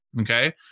Okay